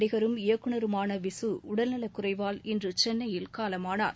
நடிகரும் இயக்குநருமான விசு உடல்நலக் குறைவால் இன்று சென்னையில் காலமானார்